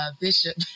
Bishop